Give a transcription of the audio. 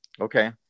Okay